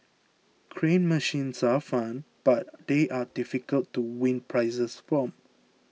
crane machines are fun but they are difficult to win prizes from